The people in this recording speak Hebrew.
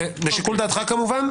לשיקול דעתך כמובן,